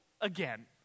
again